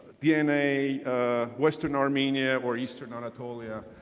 dna western armenia or eastern anatolia.